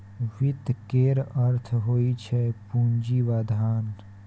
वित्त केर अर्थ होइ छै पुंजी वा धन